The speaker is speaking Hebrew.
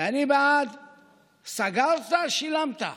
ואני בעד סגרת, שילמת.